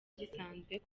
gisanzwe